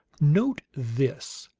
note this